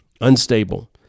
unstable